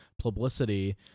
publicity